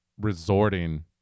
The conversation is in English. resorting